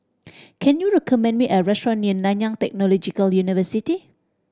can you recommend me a restaurant near Nanyang Technological University